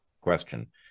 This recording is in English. question